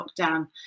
lockdown